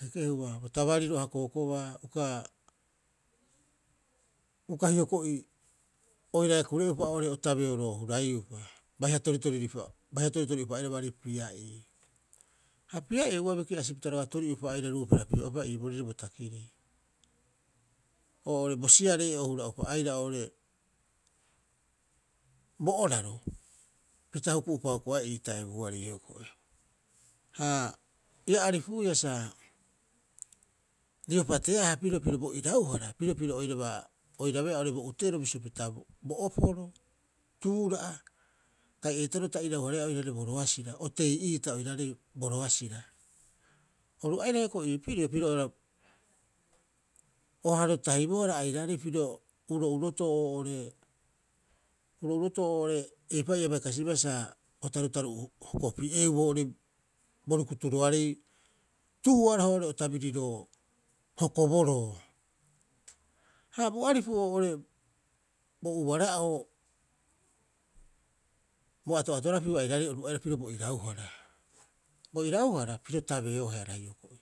A kekehua bo tabariro a hokohokoba, uka hioko'i oiraae kure'upa o taberoo huraiiupa, baiha toritoriri, toritori'upa baari pia'ii. Ha pia'ii ua biki'asipita roga'a tori'upa aira ruuperapiu'aapa iiboorire bo takirii. Oore bo si'aree'o hura'upa aira oo'ore bo oraro. Pita huku'upa huku'aea ii taebioarei hioko'i. Ha ia aripuia sa riopa tea'aha piro bo irahara pirio piro oiraba oirabeea bo uteero bisio pita bo oporo, tuura'a kai eitaroo ta irau- hareea oiraarei bo roasira, o tei'iita oiraarei bo roasira. Oru aira hioko'i ii pirio piro o haro tahibohara airaarei uro'urotoo oo'ore, uro'urotoo oo'ore eipa'oo ia bai kasibaa sa bo tarutaru'u hokopi'eeu boorii bo rukuturoarei, tu'uoaroha oo'ore o tabiriroo hokoboroo. Ha bo aripu oo'ore bo ubara'oo bo ato'atorapiu airaarei oru aira piro bo irauhara. Bo irauhara piro tabeoehara hioko'i.